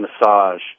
massage